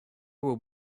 will